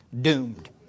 Doomed